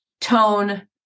tone